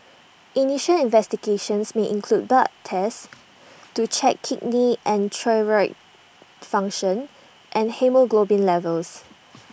initial investigations may include blood tests to check kidney and thyroid function and haemoglobin levels